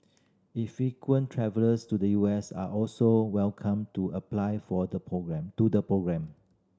infrequent travellers to the U S are also welcome to apply for the programme to the programme